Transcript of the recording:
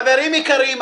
חברים יקרים,